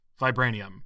vibranium